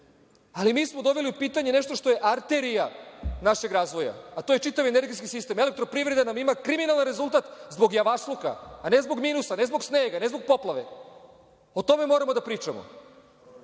Ali nismo doveli u pitanje nešto što je arterija našeg razvoja, a to je čitav energetski sistem. Elektroprivreda nam ima kriminalan rezultat zbog javašluka, a ne zbog minusa, ne zbog snega, ne zbog poplave. O tome moramo da pričamo.